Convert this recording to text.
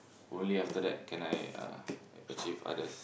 only after that can I uh achieve others